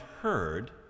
heard